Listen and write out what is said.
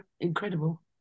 incredible